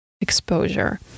exposure